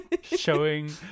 showing